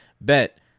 bet